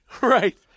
Right